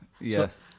Yes